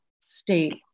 state